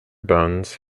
bones